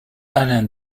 alain